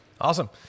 Awesome